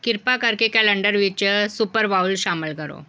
ਕਿਰਪਾ ਕਰਕੇ ਕੈਲੰਡਰ ਵਿੱਚ ਸੁਪਰ ਬਾਊਲ ਸ਼ਾਮਲ ਕਰੋ